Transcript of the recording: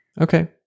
Okay